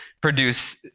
produce